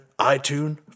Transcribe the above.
iTunes